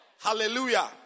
hallelujah